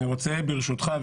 אני רוצה ברשותך,